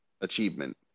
achievement